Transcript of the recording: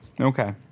Okay